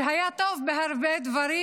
שהיה טוב בהרבה דברים,